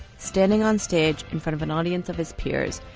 standing on stage in front of an audience of his peers,